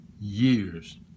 years